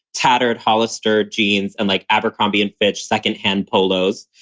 tattered hollister jeans and like abercrombie and fitch second hand polo's,